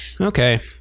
Okay